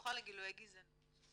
זוכה לגילויי גזענות.